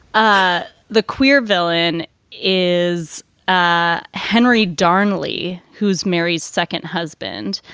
ah the queer villain is ah henry darnley, who's mary's second husband.